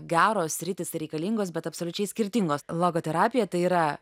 geros sritys ir reikalingos bet absoliučiai skirtingos logoterapija tai yra